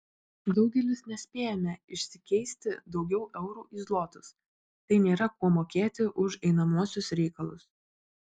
daugelis nespėjome išsikeisti daugiau eurų į zlotus tai nėra kuo mokėti už einamuosius reikalus